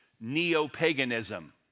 neo-paganism